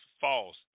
false